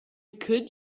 could